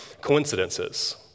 coincidences